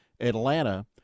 Atlanta –